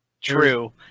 true